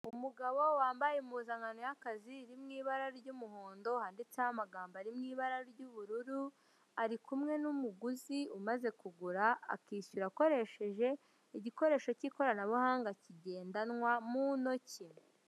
Umugabo wambaye impuzankano y'akazi iri mu ibara ry'umuhondo, handitseho amagambo ari mu ibara ry'ubururu ari kumwe n'umuguzi umaze kugura akishyura akoresheje igikoresho cy'ikoranabuhanga kigendanwa mu ntoki.